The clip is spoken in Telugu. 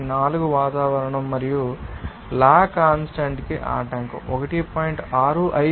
4 వాతావరణం మరియు లా కాన్స్టాంట్ కి ఆటంకం 1